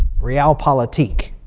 realpolitik.